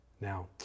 now